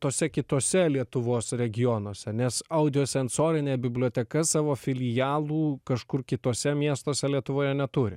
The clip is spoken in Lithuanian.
tose kitose lietuvos regionuose nes audio sensorinė biblioteka savo filialų kažkur kituose miestuose lietuvoje neturi